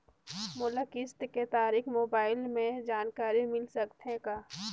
मोला किस्त के तारिक मोबाइल मे जानकारी मिल सकथे का?